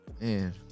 man